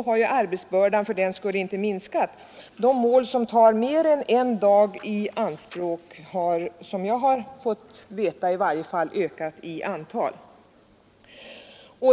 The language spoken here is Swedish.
har arbetsbördan fördenskull inte minskat. De mål som tar mer än en dag i anspråk har enligt vad jag fått veta i varje fall ökat i antal.